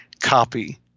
copy